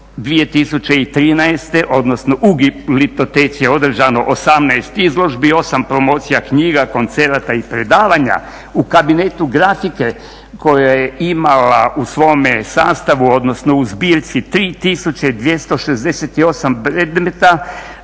2013. odnosno u Gliptoteci je održano 18 izložbi, 8 promocija knjiga, koncerata i predavanja. U Kabinetu grafike koja je imala u svome sastavu, odnosno u zbirci 3268 predmeta